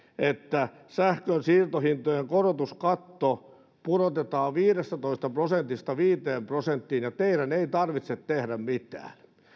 että sähkönsiirtohintojen korotuskatto pudotetaan viidestätoista prosentista viiteen prosenttiin ja teidän ei tarvitse tehdä mitään